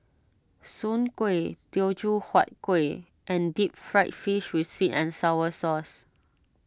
Soon Kueh Teochew Huat Kuih and Deep Fried Fish with Sweet and Sour Sauce